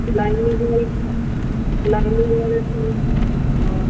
lining ਲਈ lining ਵਾਲੇ suit ਹੈ